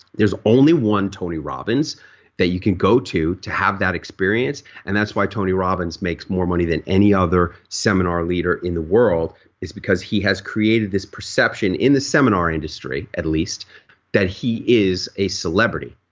there's only one tony robbins that you can go to to have that experience and that's why tony robbins makes more money than any other seminar leader in the world is because he has created this perception in the seminar industry at least that he is a celebrity.